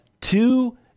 two